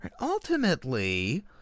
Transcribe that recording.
ultimately